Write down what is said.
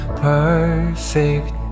perfect